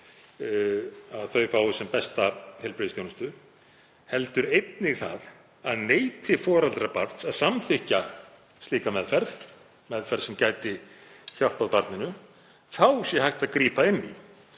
að þau fái sem besta heilbrigðisþjónustu heldur einnig að neiti foreldrar barns að samþykkja slíka meðferð, meðferð sem gæti hjálpað barninu, þá sé hægt að grípa inn í.